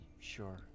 Sure